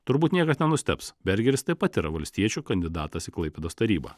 turbūt niekas nenustebs bergeris taip pat yra valstiečių kandidatas į klaipėdos tarybą